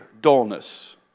dullness